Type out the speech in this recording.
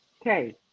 Okay